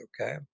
Okay